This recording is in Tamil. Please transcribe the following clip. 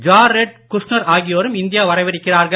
ஜாரெட் குஷ்னர் ஆலாசகருமான இந்தியா வரவிருக்கிறார்கள்